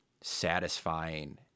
satisfying